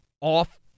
off